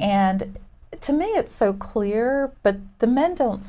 and to me it's so clear but the men don't